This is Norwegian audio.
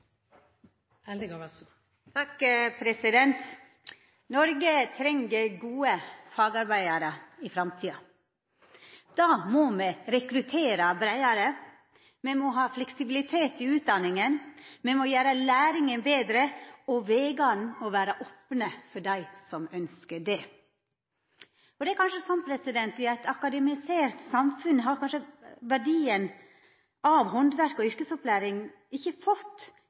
Noreg treng gode fagarbeidarar i framtida. Da må me rekruttera breiare. Me må ha fleksibilitet i utdanninga. Me må gjera læringa betre, og vegane må vere opne for dei som ønskjer det. Det er kanskje sånn i eit akademisert samfunn at verdien av handverk og yrkesopplæring eigentleg ikkje har fått